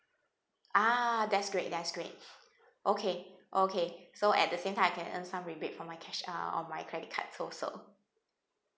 ah that's great that's great okay okay so at the same time I can earn some rebate from my cash uh on my credit card also